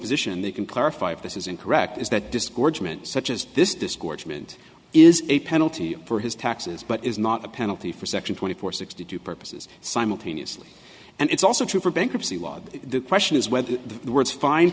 position they can clarify if this is incorrect is that disgorgement such as this discourse mint is a penalty for his taxes but is not a penalty for section twenty four sixty two purposes simultaneously and it's also true for bankruptcy law the question is whether the words find